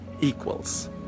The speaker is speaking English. equals